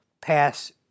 Pass